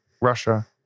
Russia